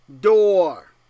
door